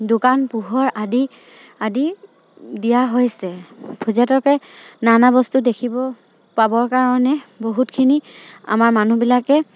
দোকান পোহাৰ আদি দিয়া হৈছে পৰ্যটকে নানা বস্তু দেখিব পাবৰ কাৰণে বহুতখিনি আমাৰ মানুহবিলাকে